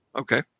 Okay